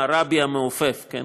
"הרבי המעופף" כן,